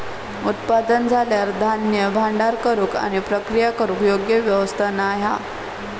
उत्पादन झाल्यार धान्य भांडार करूक आणि प्रक्रिया करूक योग्य व्यवस्था नाय हा